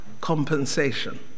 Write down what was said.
compensation